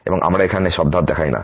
এবং আমরা এখানে সব ধাপ দেখাই না